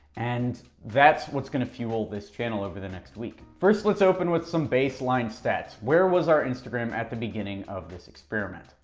and that's what's gonna fuel this channel over the next week. first, let's open with some baseline stats. where was our instagram at the beginning of this experiment?